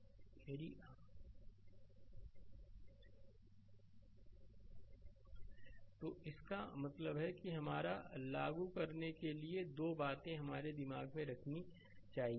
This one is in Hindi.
स्लाइड समय देखें 1229 तो इसका मतलब है कि हमारा लागू करने के लिए 2 बातें हमारे दिमाग में रखनी चाहिए